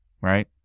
right